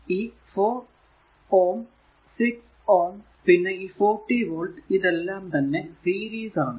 ഈ 4 6 പിന്നെ ഈ 40 വോൾട് ഇതെല്ലാം തന്നെ സീരീസ് ആണ്